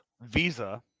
Visa